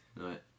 Right